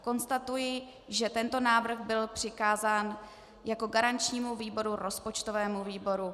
Konstatuji, že tento návrh byl přikázán jako garančnímu výboru rozpočtovému výboru.